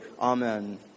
Amen